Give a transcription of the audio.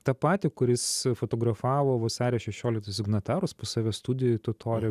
tą patį kuris fotografavo vasario šešioliktos signatarus pas save studijoj totorių